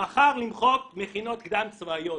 שמחר ימחק את השם מכינות קדם צבאיות.